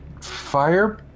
fire